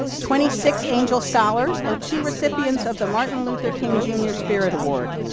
twenty six angel scholars, and two recipients of the martin luther king junior spirit award.